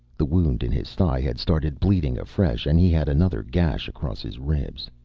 the wound in his thigh had started bleeding afresh, and he had another gash across his ribs.